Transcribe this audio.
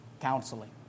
counseling